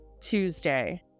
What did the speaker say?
Tuesday